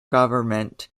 government